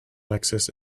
lexus